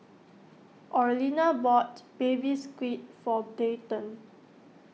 Orlena bought Baby Squid for Dayton